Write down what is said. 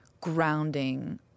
grounding